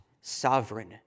sovereign